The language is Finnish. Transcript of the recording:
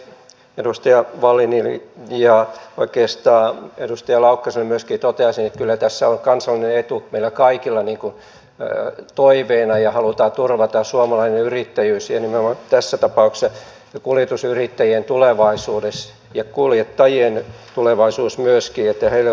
edustaja wallinille ja oikeastaan myöskin edustaja laukkaselle toteaisin että kyllä tässä on kansallinen etu meillä kaikilla toiveena ja halutaan turvata suomalainen yrittäjyys ja tässä tapauksessa nimenomaan kuljetusyrittäjien tulevaisuus ja myöskin kuljettajien tulevaisuus se että heille olisi töitä